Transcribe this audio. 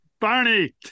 Barney